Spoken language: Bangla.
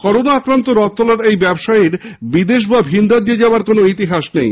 করোনা আক্রান্ত রথতলার ওই ব্যবসায়ীর বিদেশ বা ভিন রাজ্যে যাওয়ার কোন ইতিহাস নেই